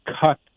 cut